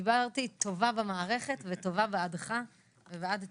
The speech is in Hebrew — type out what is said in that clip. דיברתי טובה במערכת וטובה בעדך ובעד צוותך.